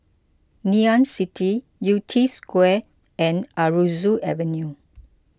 Ngee Ann City Yew Tee Square and Aroozoo Avenue